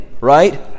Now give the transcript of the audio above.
right